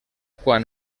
quan